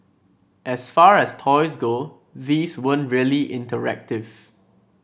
as far as toys go these weren't really interactive